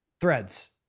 threads